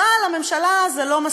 אבל לממשלה זה לא מספיק.